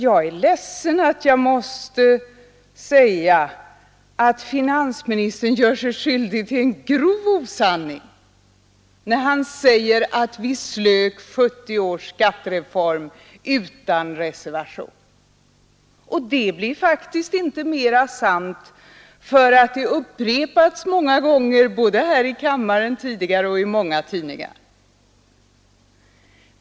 Jag är ledsen att jag måste säga att finansministern gör sig skyldig till en grov osanning när han säger att vi slök 1970 års skattereform utan reservation. Det blir faktiskt inte mera sant för att det upprepats många gånger, både tidigare här i kammaren och i många tidningar.